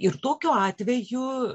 ir tokiu atveju